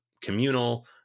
communal